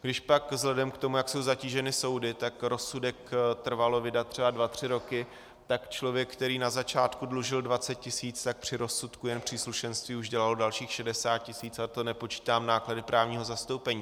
Když pak vzhledem k tomu, jak jsou zatíženy soudy, tak rozsudek trvalo vydat třeba dva tři roky, tak člověk, který na začátku dlužil 20 tisíc, tak při rozsudku jen příslušenství už dělalo dalších 60 tisíc, a to nepočítám náklady právního zastoupení.